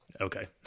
Okay